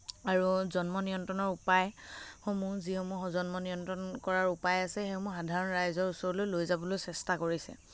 আৰু জন্ম নিয়ন্ত্ৰণৰ উপায়সমূহ যিসমূহ জন্মনিয়ন্ত্ৰণ কৰাৰ উপায় আছে সেইসমূহ সাধাৰণ ৰাইজৰ ওচৰলৈ লৈ যাবলৈ চেষ্টা কৰিছে